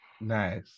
Nice